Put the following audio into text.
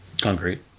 Concrete